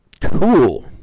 Cool